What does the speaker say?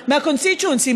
מה-constituency,